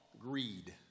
greed